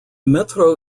metro